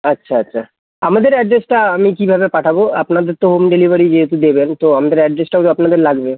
আচ্ছা আচ্ছা আমাদের অ্যাড্রেসটা আমি কীভাবে পাঠাবো আপনাদের তো হোম ডেলিভারি যেহেতু দেবেন তো আমাদের অ্যাড্রেসটাও তো আপনাদের লাগবে